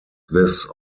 this